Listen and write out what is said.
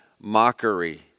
mockery